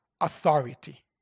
authority